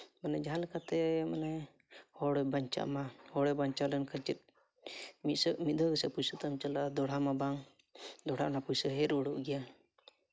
ᱢᱟᱱᱮ ᱡᱟᱦᱟᱸ ᱞᱮᱠᱟᱛᱮ ᱢᱟᱱᱮ ᱦᱚᱲᱮ ᱵᱟᱧᱪᱟᱜ ᱢᱟ ᱦᱚᱲᱮ ᱵᱟᱧᱪᱟᱜ ᱢᱟ ᱦᱚᱲᱮ ᱵᱟᱧᱪᱟᱣ ᱞᱮᱱᱠᱷᱟᱡ ᱪᱮᱫ ᱢᱤᱫ ᱫᱷᱟᱹᱣ ᱯᱩᱭᱥᱟᱹ ᱛᱮ ᱪᱟᱞᱟᱣ ᱫᱚᱦᱲᱟᱢᱟ ᱵᱟᱝ ᱫᱚᱦᱲᱟ ᱚᱱᱟ ᱯᱩᱭᱥᱟᱹ ᱦᱮᱡ ᱨᱩᱣᱟᱹᱲ ᱜᱮᱭᱟ